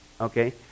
Okay